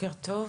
בוקר טוב,